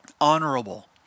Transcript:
honorable